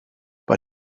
but